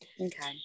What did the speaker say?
okay